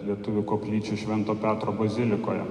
lietuvių koplyčia švento petro bazilikoje